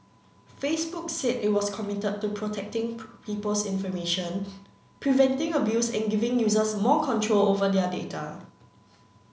Facebook said it was committed to protecting people's information preventing abuse and giving users more control over their data